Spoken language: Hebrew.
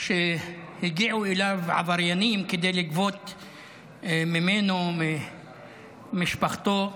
והגיעו אליו עבריינים כדי לגבות ממנו, ממשפחתו.